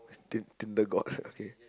team Tinder god okay